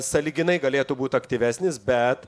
sąlyginai galėtų būt aktyvesnis bet